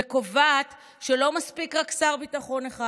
וקובעת שלא מספיק רק שר ביטחון אחד.